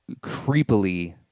creepily